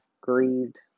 grieved